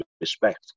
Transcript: respect